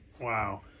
Wow